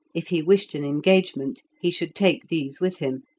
if he wished an engagement, he should take these with him,